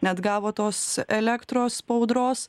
neatgavo tos elektros po audros